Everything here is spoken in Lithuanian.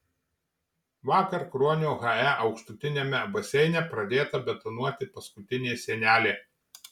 vakar kruonio hae aukštutiniame baseine pradėta betonuoti paskutinė sienelė